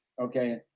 okay